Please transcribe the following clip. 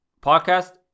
podcast